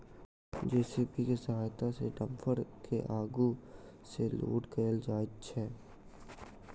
JCB के सहायता सॅ डम्फर के आगू सॅ लोड कयल जाइत छै